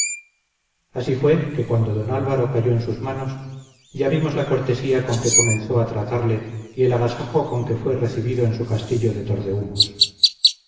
así fue que cuando don álvaro cayó en sus manos ya vimos la cortesía con que comenzó a tratarle y el agasajo con que fue recibido en su castillo de